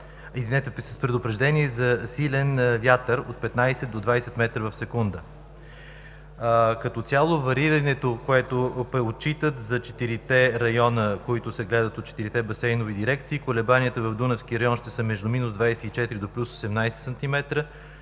литра, с предупреждение за силен вятър от 15 до 20 метра в секунда. Като цяло варирането, което отчитат за четирите района, които се гледат от четирите басейнови дирекции, колебанията в Дунавския район ще са минус 24 до плюс 18 см,